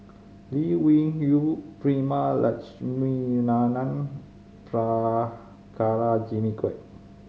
Lee Wung Yew Prema Letchumanan Prabhakara Jimmy Quek